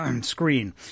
screen